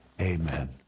amen